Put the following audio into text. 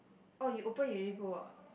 oh you open you already go ah